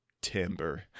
Timber